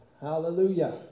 Hallelujah